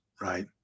right